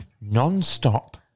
non-stop